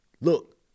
look